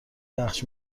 پخش